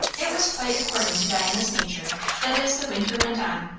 it was quite according to diana's nature, that as the winter went on,